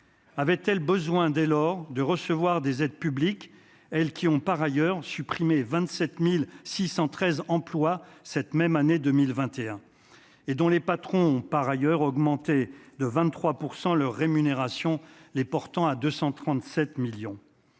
avait-elle besoin dès lors de recevoir des aides publiques, elles qui ont par ailleurs supprimer 27613 emplois cette même année 2021 et dont les patrons ont par ailleurs augmenté de 23 pour % le rémunération les portant à 237 millions